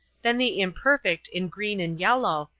then the imperfect in green and yellow,